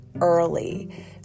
early